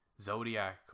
Zodiac